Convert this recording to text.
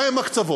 מה הם הקצוות?